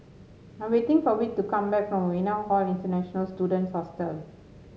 I'm waiting for Whit to come back from Novena Hall International Students Hostel